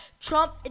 Trump